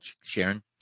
Sharon